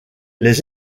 les